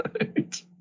right